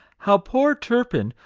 how poor turpin,